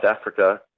Africa